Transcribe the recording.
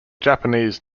japanese